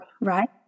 Right